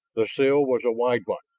the sill was a wide one,